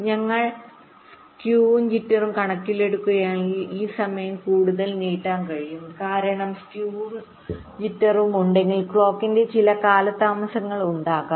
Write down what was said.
ഞങ്ങൾ സ്ക്യൂ ഉം ജിറ്റർ ഉം കണക്കിലെടുക്കുകയാണെങ്കിൽ ഈ സമയം കൂടുതൽ നീട്ടാൻ കഴിയും കാരണം സ്കയുയും ജിറ്റർ ഉം ഉണ്ടെങ്കിൽ ക്ലോക്കിൽ ചില കാലതാമസങ്ങൾ ഉണ്ടാകാം